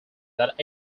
that